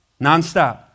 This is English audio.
Nonstop